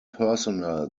personnel